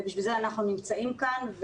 ובשביל זה אנחנו נמצאים כאן.